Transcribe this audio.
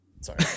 Sorry